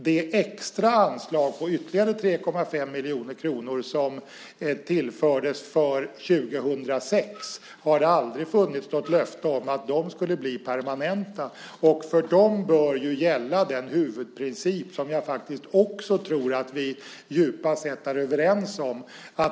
Det extra anslag på ytterligare 3,5 miljoner kronor som tillfördes för 2006 har det aldrig funnits något löfte om att de skulle bli permanenta. För dem bör gälla den huvudprincip som jag också tror att vi djupast sett är överens om.